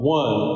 one